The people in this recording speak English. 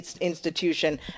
institution